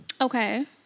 Okay